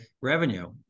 revenue